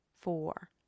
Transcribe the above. four